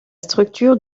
structure